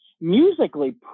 musically